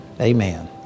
Amen